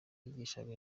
yigishaga